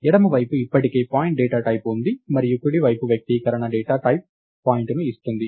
ఎడమ వైపు ఇప్పటికే పాయింట్ డేటా టైప్ ఉంది మరియు కుడి వైపు వ్యక్తీకరణ డేటా టైప్ పాయింట్ను ఇస్తుంది